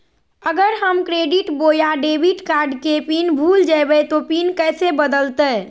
अगर हम क्रेडिट बोया डेबिट कॉर्ड के पिन भूल जइबे तो पिन कैसे बदलते?